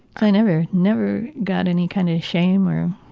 i never, never got any kind of shame or